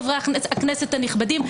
חברי הכנסת הנכבדים,